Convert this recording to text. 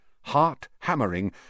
Heart-hammering